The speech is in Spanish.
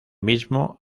mismo